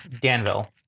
Danville